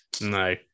No